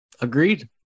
Agreed